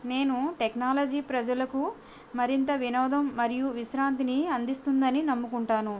నేను టెక్నాలజీ ప్రజలకు మరింత వినోదం మరియు విశ్రాంతిని అందిస్తుందని నమ్ముకుంటాను